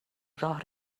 راه